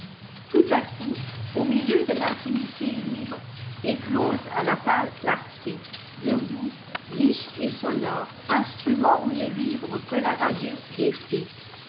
tout à coup au milieu de l'intimité libre éclose à la pâle clarté de vous riche et sonore instrument où ne vibre que la radieuse gaîté